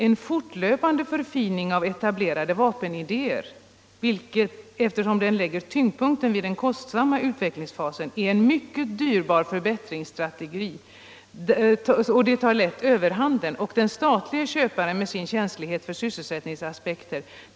En fortlöpande förfining av etablerade vapenidéer, vilken eftersom den lägger tyngdpunkten vid den kostsamma utvecklingsfasen är en mycket dyrbar förbättringsstrategi, tar därvid lätt överhanden, och den statliga köparen med sin känslighet för sysselsättningsaspekter etc.